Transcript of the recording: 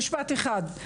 משפט אחד.